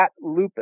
lupus